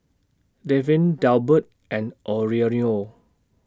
Dafne Delbert and Aurelio